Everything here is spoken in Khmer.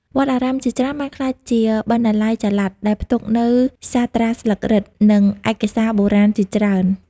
វត្តអារាមជាច្រើនបានក្លាយជាបណ្ណាល័យចល័ត ដែលផ្ទុកនូវសាត្រាស្លឹករឹត និងឯកសារបុរាណជាច្រើន។